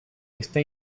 está